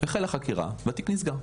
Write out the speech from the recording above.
החלה חקירה והתיק נסגר?